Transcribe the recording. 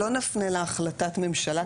לא נפנה להחלטת ממשלה,